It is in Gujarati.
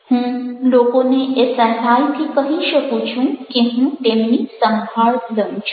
હું લોકોને એ સહેલાઈથી કહી શકું છું કે હું તેમની સંભાળ લઉં છું